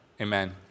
Amen